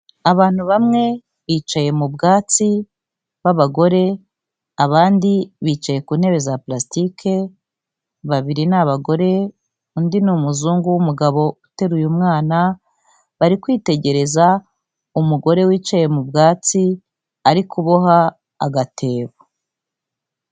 Abantu bamwe bicaye mu bwatsi b'abagore, abandi bicaye ku ntebe za pulasitike, babiri ni abagore, undi ni umuzungu w'umugabo uteruye umwana, bari kwitegereza umugore wicaye mu bwatsi, ari kuboha agatebo.